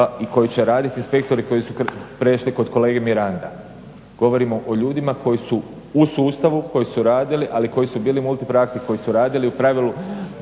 i koji će raditi inspektori koji su prešli kod kolege Miranda. Govorimo o ljudima koji su u sustavu, koji su radili ali koji su bili multiprakti koji su radili u pravilu